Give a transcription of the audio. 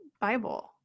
Bible